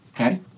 Okay